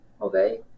Okay